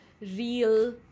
real